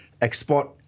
export